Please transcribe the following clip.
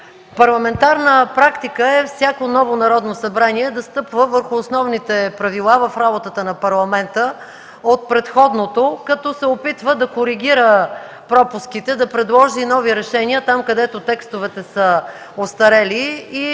Парламентарна практика е всяко ново Народно събрание да стъпва върху основните правила в работата на Парламента от предходното, като се опитва да коригира пропуските, да предложи нови решения там, където текстовете са остарели,